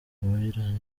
uwiragiye